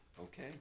Okay